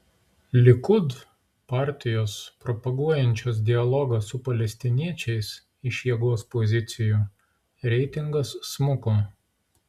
likud partijos propaguojančios dialogą su palestiniečiais iš jėgos pozicijų reitingas smuko